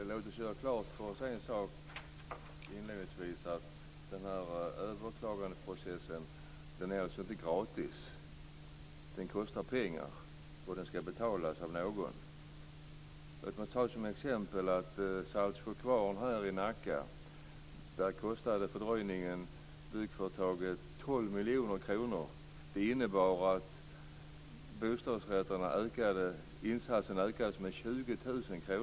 Fru talman! Låt oss inledningsvis göra en sak klar för oss. Den här överklagandeprocessen är inte gratis. Den kostar pengar, och den skall betalas av någon. Låt mig ta som exempel att vad gäller Saltsjökvarn i Nacka kostade fördröjningen byggföretaget 12 miljoner kronor. Det innebar att insatsen i bostadsrätterna ökade med 20 000 kr.